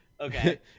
Okay